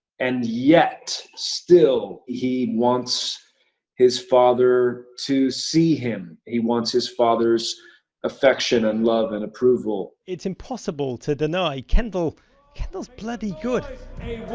and yet, still, he wants his father to see him. he wants his father's affection and love and approval. roger it's impossible to deny, kendall kendall's bloody good.